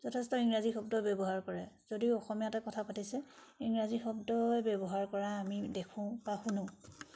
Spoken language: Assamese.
যথেষ্ট ইংৰাজী শব্দ ব্যৱহাৰ কৰে যদিও অসমীয়াতে কথা পাতিছে ইংৰাজী শব্দই ব্যৱহাৰ কৰা আমি দেখোঁ বা শুনো